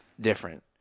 different